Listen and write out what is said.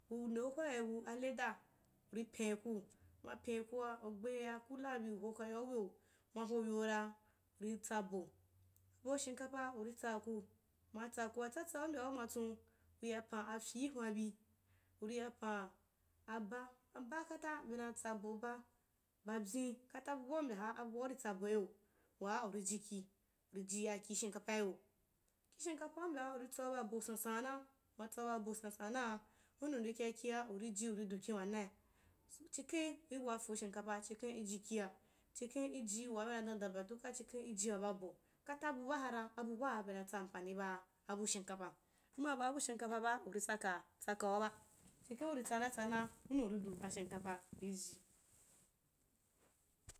Uri ndeu hwaibu aleda uri peniku, uma peniku, uma penikua ugbei akula bi uho kayau weu, uma ho weura, uki tsa bo, ho shimkapa uri tsaaku, uma tsaakua tsatsau mbyaaa umachon, uri yai pan akyii ihwanbi, uri yai pan’a, aba, aba kata bena tsa bob a, ba byin, kata bu baa u mbyaha abu baa uritsa boiyo waa uri ji ki, uri ji aki shimkapaiyo, ki shimakapaa u mbyaha uritsau b abo sansan na, uma tsau b abo sansan’anaa, hunnu uri kyakia uri ji uri du kin wa nai, chiken iwafu shimkapa chikhen lji kia, chikhen iji waa bena dan daba duka, chikhen iji waba bo, kata bu baa hara abu baa bena tsa ameani ba abu shimkapa nma baa bu shimkapa ba uri tsakaa? Tsakauba, chikhen uri tsana tsana hunnu uri du ashimkapa iji.